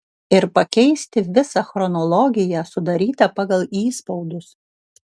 ir pakeisti visą chronologiją sudarytą pagal įspaudus